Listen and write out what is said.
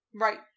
Right